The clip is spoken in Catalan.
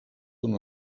una